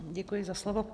Děkuji za slovo.